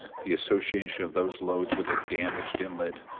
the association of those loads with a damaged inlet,